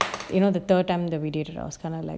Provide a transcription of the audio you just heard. you know the third time that we did to those kind of like